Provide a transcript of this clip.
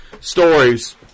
stories